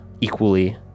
equally